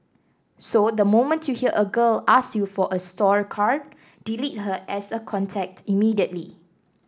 so the moment you hear a girl ask you for a store card delete her as a contact immediately